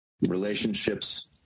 relationships